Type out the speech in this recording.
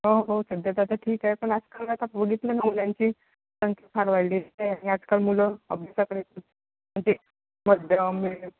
हो हो सध्या तर आता ठीक आहे पण आजकाल आता मुलांची संख्या फार वाढलेली आहे आजकाल मुलं